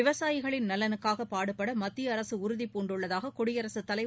விவசாயிகளின் நலனுக்காக பாடுபட மத்திய அரசு உறுதி பூண்டுள்ளதாக குடியரசுத்தலைவர்